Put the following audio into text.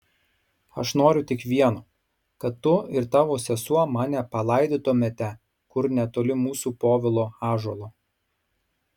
aš noriu tik vieno kad tu ir tavo sesuo mane palaidotumėte kur netoli mūsų povilo ąžuolo